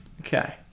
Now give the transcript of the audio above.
Okay